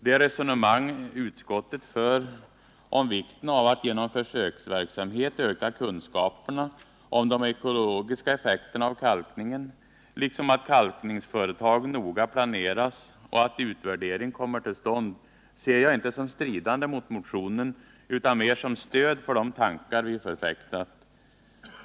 Det resonemang utskottet för om vikten av att genom försöksverksamhet öka kunskaperna om de ekologiska effekterna av kalkningen, liksom att kalkningsföretagen noga planeras och att utvärdering kommer till stånd, ser jag inte som stridande mot motionen, utan mer som stöd för de tankar vi förfäktat.